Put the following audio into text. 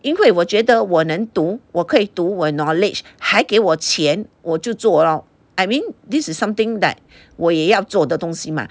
因为我觉得我能读我可以读我 knowledge 还给我钱我就做 lor I mean this is something that 我也要做的东西吗